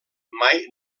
mai